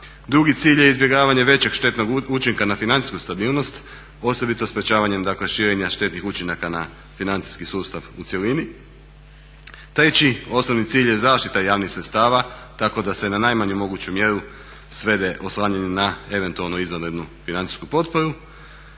Drugi cilj je izbjegavanje većeg štetnog učinka na financijsku stabilnost, osobito sprječavanjem dakle širenja štednih učinaka na financijski sustav u cjelini. Treći osnovni cilj je zaštita javnih sredstava tako da se na najmanju moguću mjeru svede oslanjanje na eventualno izvanrednu financijsku potporu.